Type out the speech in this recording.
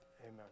Amen